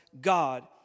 God